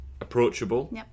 approachable